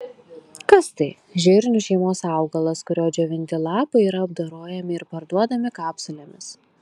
kas tai žirnių šeimos augalas kurio džiovinti lapai yra apdorojami ir parduodami kapsulėmis